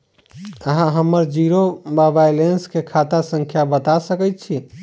अहाँ हम्मर जीरो वा बैलेंस केँ खाता संख्या बता सकैत छी?